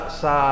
sa